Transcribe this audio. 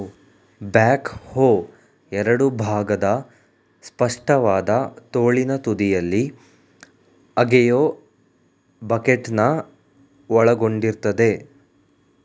back ಹೋ ಎರಡು ಭಾಗದ ಸ್ಪಷ್ಟವಾದ ತೋಳಿನ ತುದಿಯಲ್ಲಿ ಅಗೆಯೋ ಬಕೆಟ್ನ ಒಳಗೊಂಡಿರ್ತದೆ